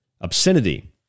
Obscenity